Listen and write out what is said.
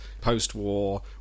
post-war